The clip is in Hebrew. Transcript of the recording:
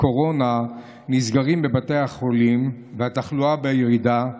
קורונה נסגרות בבתי החולים והתחלואה בירידה.